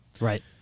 right